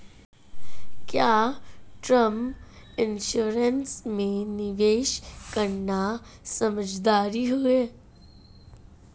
क्या term insurance में निवेश करना समझदारी है?